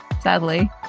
Sadly